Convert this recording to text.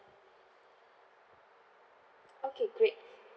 okay great